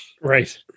Right